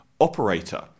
operator